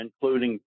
including